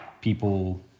People